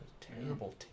terrible